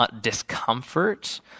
discomfort